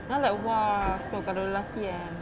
then I like !wah! so kalau lelaki kan